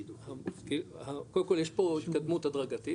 קודם כל יש פה התקדמות הדרגתית,